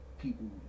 people